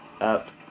Up